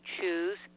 choose